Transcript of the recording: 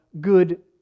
good